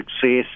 success